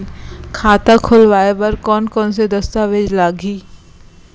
खाता खोलवाय बर कोन कोन से दस्तावेज लागही?